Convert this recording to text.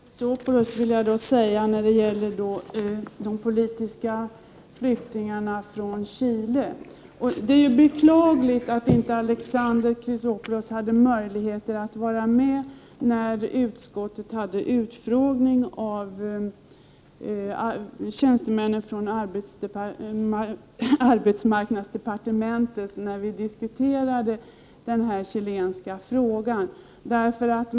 Herr talman! Till Alexander Chrisopoulos vill jag säga när det gäller de politiska flyktingarna från Chile att det är beklagligt att han inte hade möjlighet att vara med när utskottet hade sin utfrågning av tjänstemännen från arbetsmarknadsdepartementet och vi diskuterade den chilenska frågan.